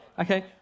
okay